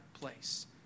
place